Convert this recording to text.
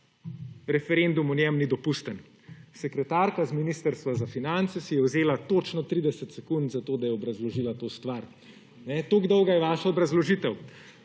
referendum o njem ni dopusten. Sekretarka z Ministrstva za finance si je vzela točno 30 sekund za to, da je obrazložila ta stvar. Tako dolga je vaša obrazložitev.